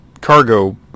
cargo